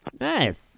Nice